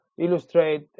illustrate